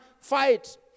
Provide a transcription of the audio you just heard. fight